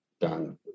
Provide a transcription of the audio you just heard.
done